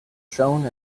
shone